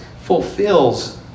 fulfills